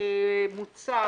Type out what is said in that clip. מוצע